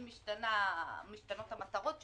אם משתנות המטרות שלה,